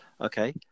Okay